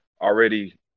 already